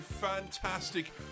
fantastic